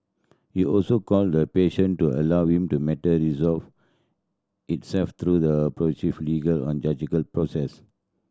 he also called a patience to allow to matter resolve itself through the legal or judicial process